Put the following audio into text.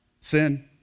Sin